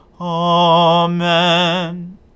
Amen